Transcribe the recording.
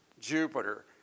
Jupiter